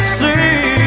see